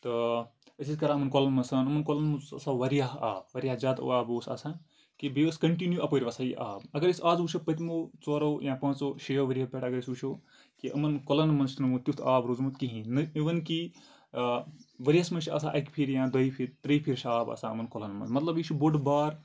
تہٕ أسۍ ٲسۍ کران یِمن کۄلن منٛز سرٛان یِمن کۄلَن منٛز اوس آسان واریاہ آب واریاہ زیادٕ آب اوس آسان کہِ بیٚیہِ اوس کِنٹِنیو اَپٲرۍ وَسان یہِ آب اَگر أسۍ آز وٕچھو پٔتمو ژورو یا پانٛژَو شیٚو ؤریو پٮ۪ٹھ اَگر أسۍ وٕچھو کہِ یِمن کۄلَن منٛز چھُ نہٕ وۄنۍ تیُتھ آب روٗدمُت کِہینۍ نہ اِوٕن کہِ ؤریَس منٛز چھِ آسان اَکہِ پھیٖرِ یا دۄیہِ پھیٖرِ ترٛیہِ پھیٖرِ چھُ آب آسان یِمن کۄلَن منٛز مطلب یہِ چھُ بوٚڑ بارٕ